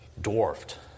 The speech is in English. dwarfed